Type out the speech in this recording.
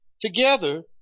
together